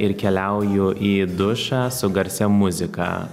ir keliauju į dušą su garsia muzika